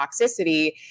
toxicity